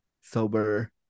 sober